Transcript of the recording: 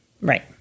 Right